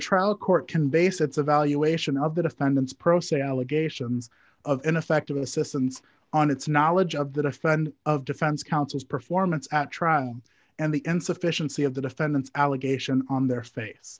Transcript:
trial court can base its evaluation of the defendant's pro se allegations of ineffective assistance on its knowledge of the defend of defense counsel's performance at trial and the insufficiency of the defendant's allegation on their face